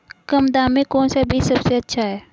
कम दाम में कौन सा बीज सबसे अच्छा है?